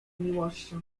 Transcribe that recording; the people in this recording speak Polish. miłością